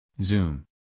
zoom